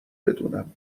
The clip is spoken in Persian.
بدونم